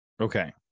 Okay